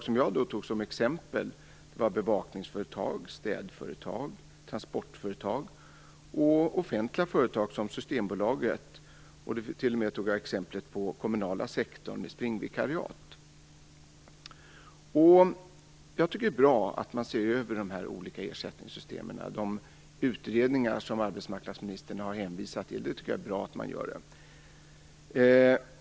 Som exempel tog jag upp bevakningsföretag, städföretag, transportföretag, offentliga företag såsom Systembolaget och den kommunala sektorn med sina springvikariat. Jag tycker att det är bra att de olika ersättningssystemen ses över. Det är bra att de utredningar som arbetsmarknadsministern hänvisade till har tillsatts.